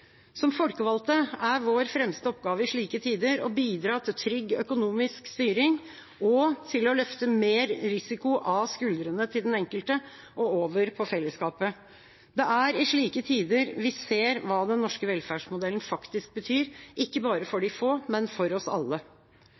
Som folkevalgte er vår fremste oppgave i slike tider å bidra til trygg økonomisk styring og til å løfte mer risiko av skuldrene til den enkelte og over på fellesskapet. Det er i slike tider vi ser hva den norske velferdsmodellen faktisk betyr, ikke bare for de få, men for oss alle.